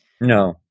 No